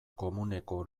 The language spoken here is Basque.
komuneko